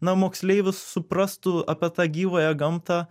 na moksleivis suprastų apie tą gyvąją gamtą